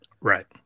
right